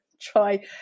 try